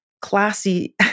classy